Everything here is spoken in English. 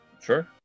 Sure